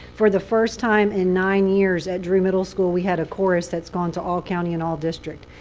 for the first time in nine years at drew middle school, we had a chorus that's gone to all county and all district.